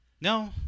No